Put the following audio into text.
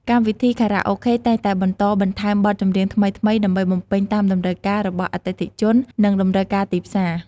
កម្មវិធីខារ៉ាអូខេតែងតែបន្តបន្ថែមបទចម្រៀងថ្មីៗ ដើម្បីបំពេញតាមតម្រូវការរបស់អតិថិជន និងតម្រូវការទីផ្សារ។